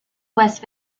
west